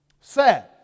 Sad